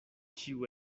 ĉiu